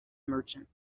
merchant